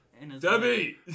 Debbie